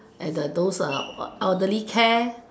at the those elderly care